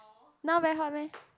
now very hot meh